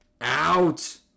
Out